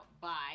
bye